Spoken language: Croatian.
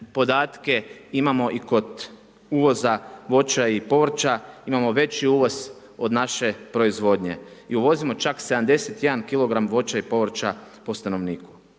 podatke imamo i kod uvoza voća i povrća, imamo veći uvoz od naše proizvodnje i uvozimo čak 71 kilogram voća i povrća po stanovniku.